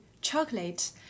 chocolate